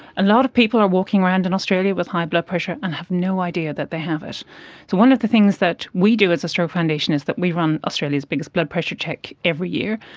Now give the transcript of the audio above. a lot of people are walking around in australia with high blood pressure and have no idea that they have it. so one of the things that we do as a stroke foundation is that we run australia's biggest blood pressure check every year,